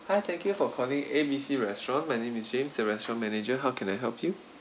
hi thank you for calling A B C restaurant my name is james the restaurant manager how can I help you